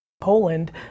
Poland